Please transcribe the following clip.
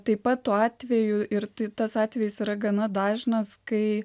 taip pat tuo atveju ir tas atvejis yra gana dažnas kai